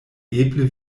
eble